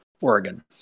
Oregon